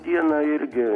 dieną irgi